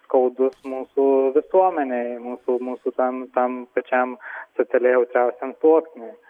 skaudus mūsų visuomenei mūsų mūsų ten tam pačiam socialiai jautriausiam sluoksniui